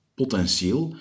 potentieel